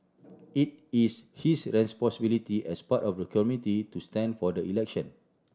it is his responsibility as part of the community to stand for the election